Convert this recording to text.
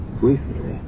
recently